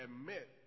admit